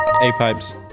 A-pipes